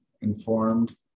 informed